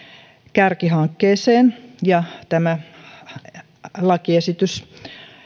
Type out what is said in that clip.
kärkihankkeeseen ja lakiesitys